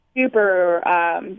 super